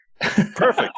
Perfect